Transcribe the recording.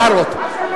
לא נותן הערות.